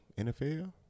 NFL